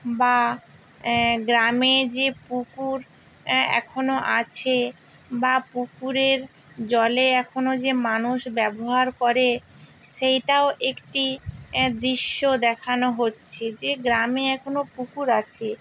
বা গ্রামে যে পুকুর এখনো আছে বা পুকুরের জলে এখনো যে মানুষ ব্যবহার করে সেইটাও একটি দৃশ্য দেখানো হচ্ছে যে গ্রামে এখনো পুকুর আছে